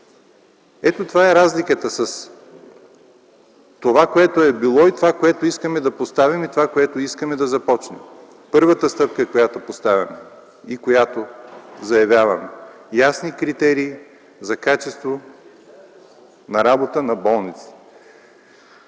ето това е разликата с това, което е било, и това, което искаме да поставим и да започнем. Първата стъпка, която поставяме и заявяваме – ясни критерии за качество на работа на болниците.